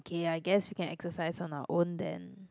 okay I guess we can exercise on our own then